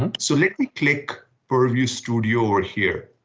um so let me click purview studio over here.